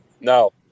no